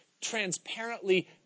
transparently